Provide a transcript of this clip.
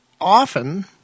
often